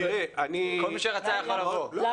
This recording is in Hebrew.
כל מי שרצה יכול היה לבוא.